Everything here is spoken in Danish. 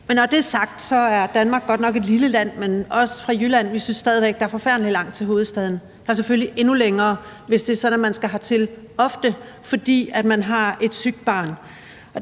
når det er sagt, er Danmark godt nok et lille land, men vi fra Jylland synes stadig væk, at der er forfærdelig langt til hovedstaden, og der er selvfølgelig endnu længere, hvis det er sådan, at man ofte skal hertil, fordi man har et sygt barn,